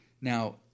Now